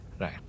right